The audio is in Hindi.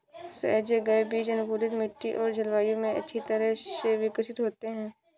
सहेजे गए बीज अनुकूलित मिट्टी और जलवायु में अच्छी तरह से विकसित होते हैं